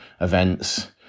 events